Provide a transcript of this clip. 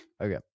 Okay